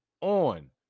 on